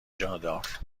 جادار